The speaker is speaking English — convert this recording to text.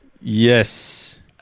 Yes